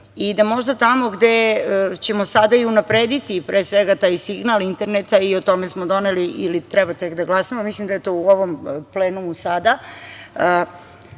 i da možda tamo gde ćemo sada i unaprediti pre svega taj signal interneta, o tome smo doneli ili treba tek da glasamo, mislim da je to u ovom plenumu sada,